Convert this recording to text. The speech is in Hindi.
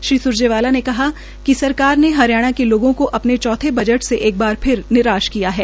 श्री सुरजेवाला ने कहा कि सरकार ने हरियाणा के लोगों अपने चौथे बजट से एक बार फिर निराश किया है